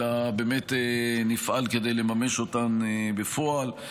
אלא באמת נפעל כדי לממש אותן בפועל.